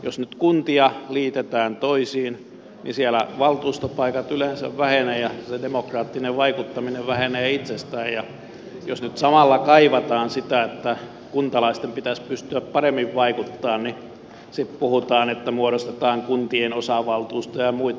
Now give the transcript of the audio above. jos nyt kuntia liitetään toisiin niin siellä valtuustopaikat yleensä vähenevät ja se demokraattinen vaikuttaminen vähenee itsestään ja jos nyt samalla kaivataan sitä että kuntalaisten pitäisi pystyä paremmin vaikuttamaan niin sitten puhutaan että muodostetaan kunnanosavaltuustoja ja muita